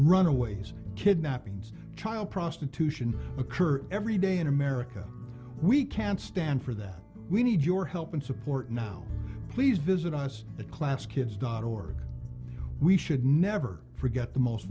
runaways kidnapping and child prostitution occur every day in america we can stand for that we need your help and support now please visit us at class kids dot org we should never forget the most